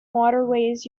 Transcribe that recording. waterways